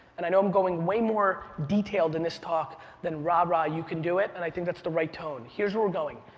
and i know i'm going way more detailed in this talk than ra-ra, you can do it, and i think that's the right tone. here's where we're going.